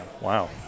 Wow